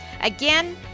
Again